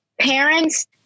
parents